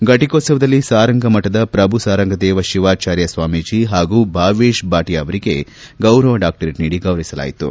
ಫಟಕೋತ್ಸವದಲ್ಲಿ ಸಾರಂಗ ಮಠದ ಪ್ರಭು ಸಾರಂಗದೇವ ಶಿವಾಚಾರ್ಯ ಸ್ವಾಮೀಜಿ ಹಾಗೂ ಭಾವೇಷ ಭಾಟಿಯಾ ಅವರಿಗೆ ಗೌರವ ಡಾಕ್ಟರೇಟ್ ನೀಡಿ ಗೌರವಿಸಲಾಯಿತು